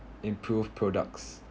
improve products